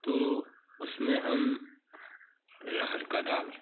तो उसमें हम अरहर का दाल